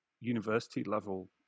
university-level